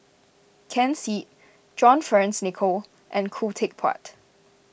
Ken Seet John Fearns Nicoll and Khoo Teck Puat